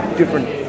different